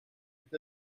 est